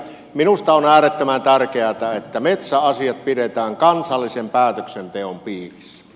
minusta on äärettömän tärkeätä että metsäasiat pidetään kansallisen päätöksenteon piirissä